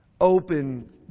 open